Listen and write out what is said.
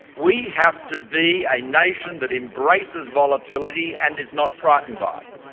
we have to be a nation that embraces volatility and is not frightened by it.